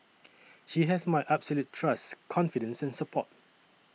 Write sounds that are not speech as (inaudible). (noise) she has my absolute trust confidence and support